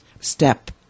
step